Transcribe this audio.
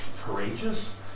courageous